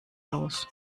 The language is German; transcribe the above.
los